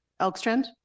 Elkstrand